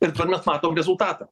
ir to mes matom rezultatą